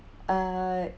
uh